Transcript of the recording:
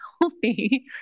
healthy